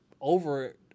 over